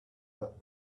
that